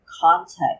context